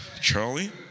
Charlie